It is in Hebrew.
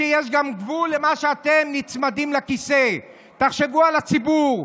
יש גם גבול לזה שאתם נצמדים לכיסא: תחשבו על הציבור,